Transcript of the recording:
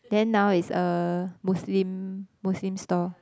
then now is a Muslim Muslim stall